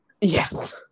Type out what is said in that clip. Yes